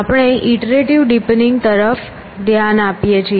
આપણે iterative deepening તરફ ધ્યાન આપીએ છીએ